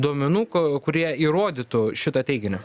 duomenų ko kurie įrodytų šitą teiginį